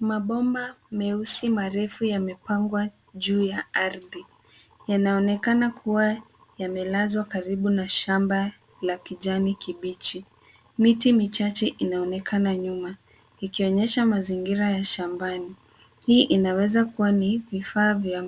Mabomba meusi marefu yamepangwa juu ya ardhi. Yanaonekana kuwa yamelazwa karibu na shamba la kijani kibichi. Miti michache inaonekana nyuma, ikionyesha mazingira ya shambani. Hii inaweza kuwa ni vifaa vya